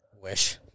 wish